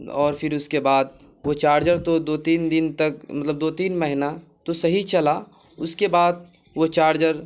اور پھر اس کے بعد وہ چاڑجر تو دو تین دن تک مطلب دو تین مہینہ تو صحیح چلا اس کے بعد وہ چارجر